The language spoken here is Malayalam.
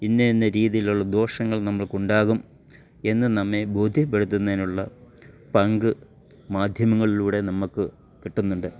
ഇന്ന ഇന്ന രീതിയിലുള്ള ദോഷങ്ങൾ നമ്മൾക്കുണ്ടാകും എന്ന് നമ്മെ ബോധ്യപ്പെടുത്തുന്നേനുള്ള പങ്ക് മാധ്യമങ്ങളിലൂടെ നമ്മള്ക്കു കിട്ടുന്നുണ്ട്